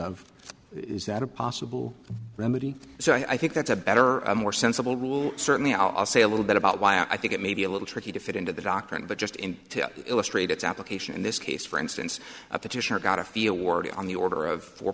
of is that a possible remedy so i think that's a better more sensible rule certainly i'll say a little bit about why i think it may be a little tricky to fit into the doctrine of the just in to illustrate its application in this case for instance a petitioner got a feel already on the order of four